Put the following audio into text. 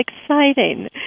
exciting